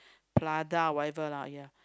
Prada whatever lah yeah